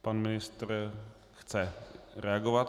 Pan ministr chce reagovat.